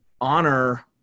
honor